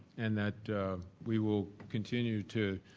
and that we will continue to